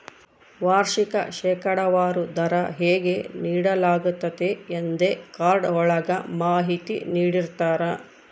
ವಾರ್ಷಿಕ ಶೇಕಡಾವಾರು ದರ ಹೇಗೆ ನೀಡಲಾಗ್ತತೆ ಎಂದೇ ಕಾರ್ಡ್ ಒಳಗ ಮಾಹಿತಿ ನೀಡಿರ್ತರ